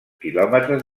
quilòmetres